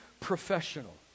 professional